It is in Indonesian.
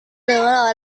dengan